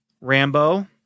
Rambo